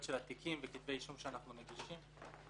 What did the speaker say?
של התיקים וכתבי אישום שאנחנו מגישים,